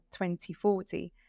2040